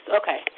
okay